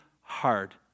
hard